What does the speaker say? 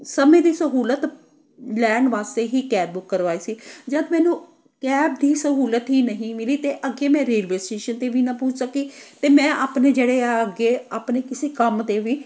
ਸਮੇਂ ਦੀ ਸਹੂਲਤ ਲੈਣ ਵਾਸਤੇ ਹੀ ਕੈਬ ਬੁੱਕ ਕਰਵਾਈ ਸੀ ਜਦੋਂ ਮੈਨੂੰ ਕੈਬ ਦੀ ਸਹੂਲਤ ਹੀ ਨਹੀਂ ਮਿਲੀ ਅਤੇ ਅੱਗੇ ਮੈਂ ਰੇਲਵੇ ਸਟੇਸ਼ਨ 'ਤੇ ਵੀ ਨਾ ਪੁੱਜ ਸਕੀ ਅਤੇ ਮੈਂ ਆਪਣੇ ਜਿਹੜੇ ਆ ਅੱਗੇ ਆਪਣੇ ਕਿਸੇ ਕੰਮ 'ਤੇ ਵੀ